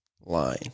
line